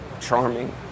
charming